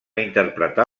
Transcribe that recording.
interpretar